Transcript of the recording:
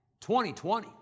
2020